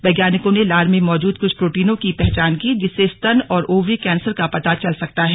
वैज्ञानिकों ने लार में मौजूद कुछ प्रोटीनों की पहचान की जिससे स्तन और ओवरी कैंसर का पता चल सकता है